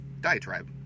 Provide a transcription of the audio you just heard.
Diatribe